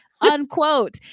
unquote